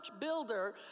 builder